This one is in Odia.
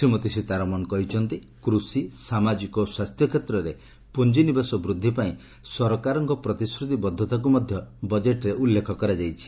ଶ୍ରୀମତୀ ସୀତାରମଣ କହିଛନ୍ତି କୃଷି ସାମାଜିକ ଓ ସ୍ୱାସ୍ଥ୍ୟ କ୍ଷେତ୍ରରେ ପୁଞ୍ଜିନିବେଶ ବୃଦ୍ଧି ପାଇଁ ସରକାରଙ୍କ ପ୍ରତିଶ୍ରତିବଦ୍ଧତାକୁ ମଧ୍ୟ ବଜେଟ୍ରେ ଉଲ୍ଲେଖ କରାଯାଇଛି